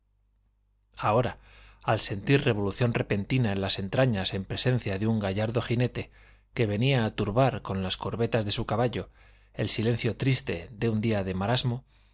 ahora al sentir revolución repentina en las entrañas en presencia de un gallardo jinete que venía a turbar con las corvetas de su caballo el silencio triste de un día de marasmo